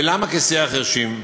ולמה כשיח חירשים?